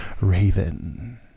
Raven